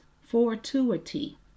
fortuity